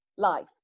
life